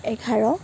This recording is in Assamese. এঘাৰ